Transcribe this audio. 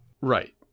Right